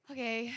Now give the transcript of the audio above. Okay